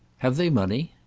have they money?